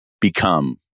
become